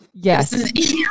Yes